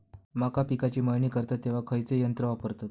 मका पिकाची मळणी करतत तेव्हा खैयचो यंत्र वापरतत?